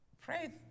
Pray